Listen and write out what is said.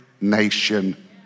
nation